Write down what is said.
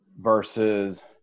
versus